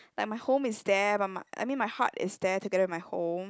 like my home is there but my I mean my heart is there together with my home